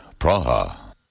Praha